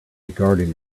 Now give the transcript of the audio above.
garden